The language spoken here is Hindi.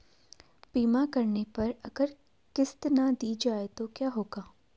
बीमा करने पर अगर किश्त ना दी जाये तो क्या होगा?